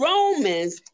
Romans